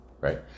right